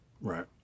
Right